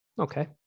Okay